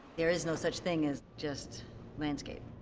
there is no such thing as just landscape.